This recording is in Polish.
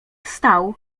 stał